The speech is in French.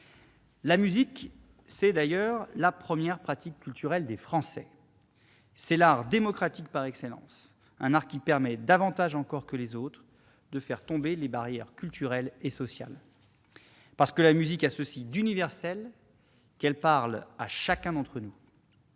La musique, c'est d'ailleurs la première pratique culturelle des Français. Elle est l'art démocratique par excellence, un art qui permet, davantage encore que les autres, de faire tomber les barrières culturelles et sociales, parce que la musique a ceci d'universel qu'elle parle à chacun d'entre nous,